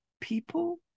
people